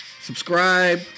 subscribe